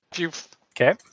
Okay